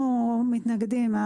אנחנו מתנגדים,